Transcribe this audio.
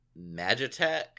magitech